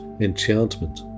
enchantment